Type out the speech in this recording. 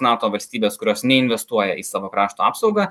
nato valstybės kurios neinvestuoja į savo krašto apsaugą